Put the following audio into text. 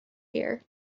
here